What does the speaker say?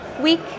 week